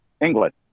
England